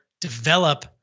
develop